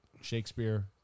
Shakespeare